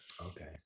Okay